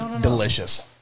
delicious